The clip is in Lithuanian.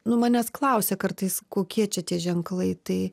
nu manęs klausė kartais kokie čia tie ženklai tai